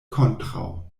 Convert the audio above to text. kontraŭ